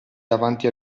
davanti